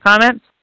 comments